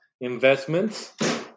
investments